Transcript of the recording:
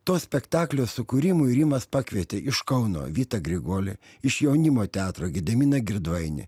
to spektaklio sukūrimui rimas pakvietė iš kauno vytą grigolį iš jaunimo teatro gediminą girdvainį